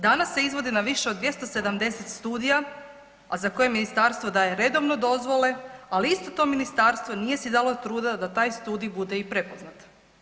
Danas se izvodi na više od 270 studija, a za koje ministarstvo daje redovno dozvole, ali isto to ministarstvo nije si dalo truda da taj studij bude i prepoznat.